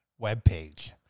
webpage